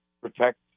protect